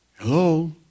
Hello